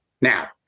Now